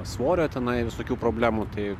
svorio tenai visokių problemų tai